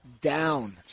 down